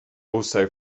also